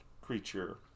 creature